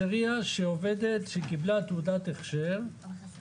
לחוק התייחסות גם לתקופת הכהונה וגם לעניין דרישות הסף.